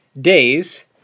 days